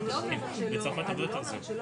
התרבות והספורט של הכנסת היום,